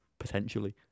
potentially